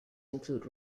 include